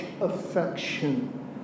affection